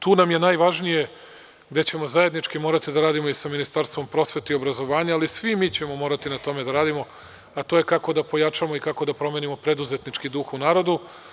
Tu nam je najvažnije gde ćemo zajednički morati da radimo i sa Ministarstvom prosvete i obrazovanja, ali svi mi ćemo morati na tome da radimo, a to je kako da pojačamo i kako da promenimo preduzetnički duh u narodu.